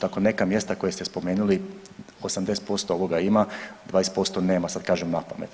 Tako neka mjesta koja ste spomenuli 80% ovoga ima, 20% nema, sad kažem napamet.